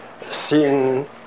sin